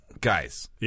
Guys